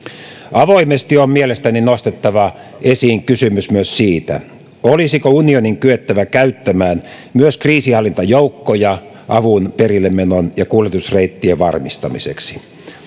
avoimesti on mielestäni nostettava esiin kysymys myös siitä olisiko unionin kyettävä käyttämään myös kriisinhallintajoukkoja avun perille menon ja kuljetusreittien varmistamiseksi